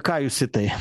ką jūs į tai